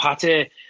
pate